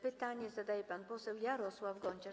Pytanie zadaje pan poseł Jarosław Gonciarz.